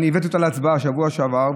אני הבאתי אותה להצבעה בשבוע שעבר,